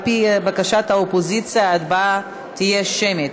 על-פי בקשת האופוזיציה, ההצבעה תהיה שמית.